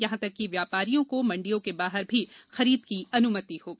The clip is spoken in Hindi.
यहां तक की व्यापारियों को मंडियों के बाहर भी खरीद की अनुमति होगी